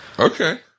Okay